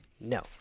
No